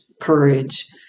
courage